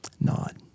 nod